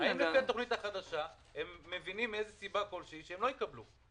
האם לפי התוכנית החדשה הם מבינים בשל סיבה כלשהי שהם לא יקבלו?